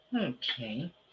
Okay